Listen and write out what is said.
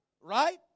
Right